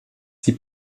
die